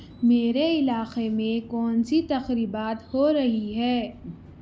میرے علاقے میں کون سی تقریبات ہو رہی ہے